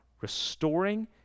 restoring